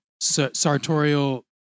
sartorial